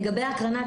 לגבי הקרנה,